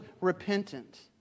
repentant